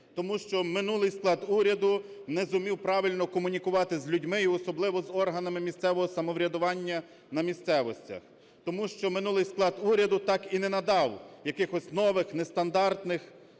Тому що минулий склад уряду не зумів правильно комунікувати з людьми і особливо з органами місцевого самоврядування на місцевостях. Тому що минулий склад уряду так і не надав якихось нових нестандартних,